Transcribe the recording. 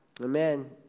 Amen